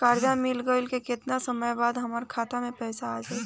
कर्जा मिल गईला के केतना समय बाद हमरा खाता मे पैसा आ जायी?